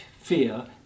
fear